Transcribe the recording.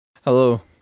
Hello